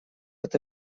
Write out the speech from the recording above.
это